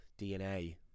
DNA